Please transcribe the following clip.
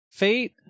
Fate